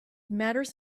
matters